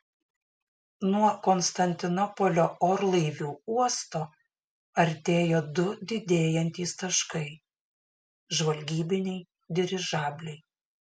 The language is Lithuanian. nuo konstantinopolio orlaivių uosto artėjo du didėjantys taškai žvalgybiniai dirižabliai